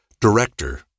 director